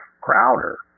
Crowder